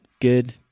good